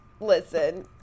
listen